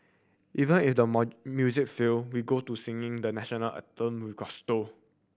even if the music fail we go to singing the National Anthem with gusto